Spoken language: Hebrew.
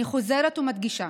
אני חוזרת ומדגישה: